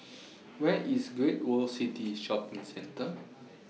Where IS Great World City Shopping Centre